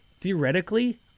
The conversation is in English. theoretically